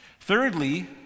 Thirdly